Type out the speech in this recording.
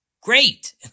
great